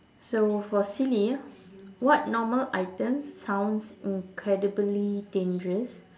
so for silly what normal item sounds incredibly dangerous